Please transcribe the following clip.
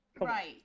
Right